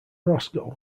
roscoe